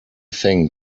thing